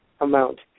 amount